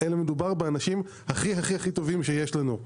מדובר פה באנשים הכי הכי טובים שיש לנו.